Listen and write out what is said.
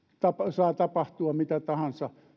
saa tapahtua mitä tahansa